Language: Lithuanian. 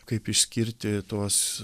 kaip išskirti tuos